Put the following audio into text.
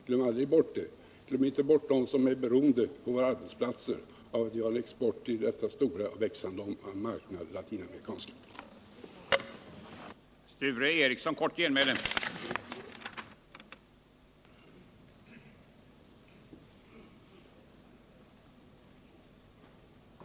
Glöm inte bort det och glöm inte bort dem på våra arbetsplatser som är beroende av att vi har export på denna stora och växande latinamerikanska marknad!